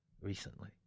recently